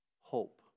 hope